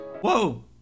Whoa